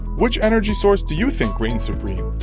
which energy source do you think reigns supreme?